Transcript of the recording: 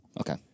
Okay